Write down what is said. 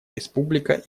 республика